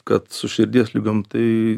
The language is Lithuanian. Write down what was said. kad su širdies ligom tai